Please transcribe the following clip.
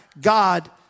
god